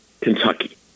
Kentucky